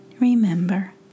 remember